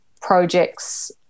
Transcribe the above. projects